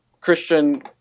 Christian